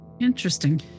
Interesting